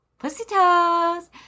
Pussytoes